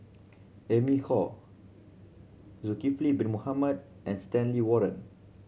Amy Khor Zulkifli Bin Mohamed and Stanley Warren